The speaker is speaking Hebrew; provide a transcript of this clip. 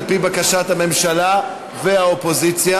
על-פי בקשת הממשלה והאופוזיציה.